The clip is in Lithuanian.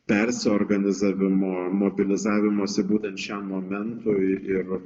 persiorganizavimo mobilizavimosi būtent šiam momentui ir